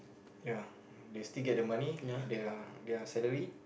ya they still get the money their their salary